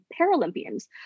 Paralympians